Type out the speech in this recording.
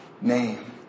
name